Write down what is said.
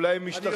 אולי הם ישתכנעו.